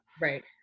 right